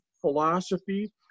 philosophy